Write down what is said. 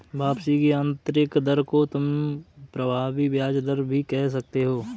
वापसी की आंतरिक दर को तुम प्रभावी ब्याज दर भी कह सकते हो